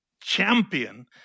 champion